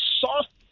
soft